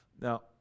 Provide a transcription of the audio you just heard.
Now